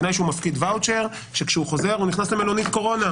בתנאי שכשהוא מפקיד ואוצ'ר שכשהוא חוזר הוא נכנס למלונית קורונה.